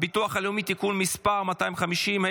הביטוח הלאומי (תיקון מס' 250),